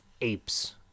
apes